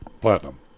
Platinum